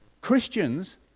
Christians